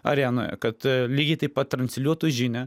arenoje kad lygiai taip pat transliuotų žinią